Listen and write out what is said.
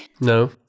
No